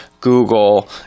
Google